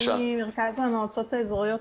אני ממרכז המועצות האזוריות.